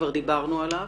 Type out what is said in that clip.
וכבר דיברנו עליו.